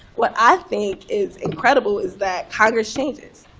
what i think is incredible is that congress changes.